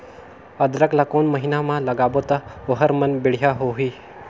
अदरक ला कोन महीना मा लगाबो ता ओहार मान बेडिया होही?